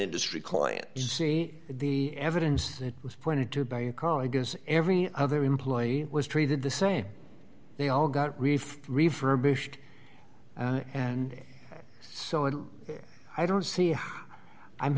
industry client you see the evidence that was pointed to by a car i guess every other employee was treated the same they all got reef refurbished and so on i don't see